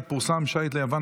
פורסם שיט ליוון,